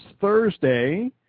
Thursday